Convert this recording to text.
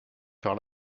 par